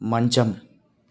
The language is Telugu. మంచం